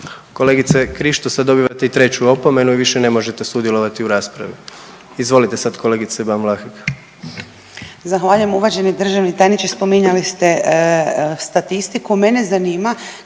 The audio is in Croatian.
Kolegice Krišto, sad dobivate i treću opomenu i više ne možete sudjelovati u raspravi. Izvolite sad kolegice Ban Vlahek. **Ban, Boška (SDP)** Zahvaljujem. Uvaženi državni tajniče spominjali ste statistiku, mene zanima